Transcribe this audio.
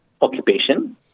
occupation